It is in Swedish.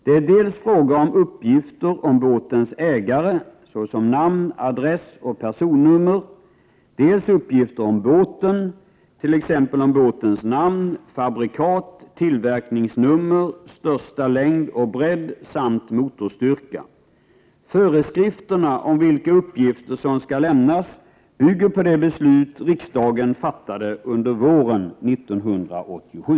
Det är dels fråga om uppgifter om båtens ägare såsom namn, adress och personnummer, dels uppgifter om båten, t.ex. om båtens namn, fabrikat, tillverkningsnummer, största längd och bredd samt motorstyrka. Föreskrifterna om vilka uppgifter som skall lämnas bygger på det beslut riksdagen fattade under våren 1987.